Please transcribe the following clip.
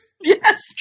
Yes